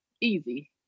Easy